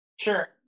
Sure